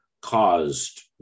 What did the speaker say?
caused